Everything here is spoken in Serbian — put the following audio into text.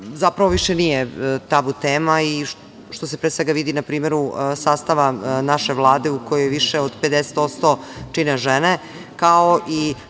zapravo, više nije tabu tema, što se pre svega vidi na primeru sastava naše Vlade u kojoj je više od 50% čine žene, kao i